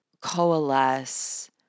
coalesce